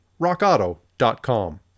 rockauto.com